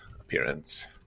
appearance